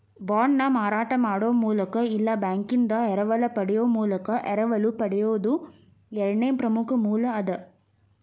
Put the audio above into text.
ಬಾಂಡ್ನ ಮಾರಾಟ ಮಾಡೊ ಮೂಲಕ ಇಲ್ಲಾ ಬ್ಯಾಂಕಿಂದಾ ಎರವಲ ಪಡೆಯೊ ಮೂಲಕ ಎರವಲು ಪಡೆಯೊದು ಎರಡನೇ ಪ್ರಮುಖ ಮೂಲ ಅದ